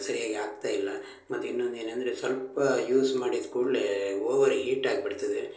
ಸರಿಯಾಗಿ ಆಗ್ತಾ ಇಲ್ಲ ಮತ್ತು ಇನ್ನೊಂದು ಏನಂದರೆ ಸ್ವಲ್ಪ ಯೂಸ್ ಮಾಡಿದ ಕೂಡಲೇ ಓವರ್ಹೀಟ್ ಆಗಿಬಿಡ್ತದೆ